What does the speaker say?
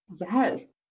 Yes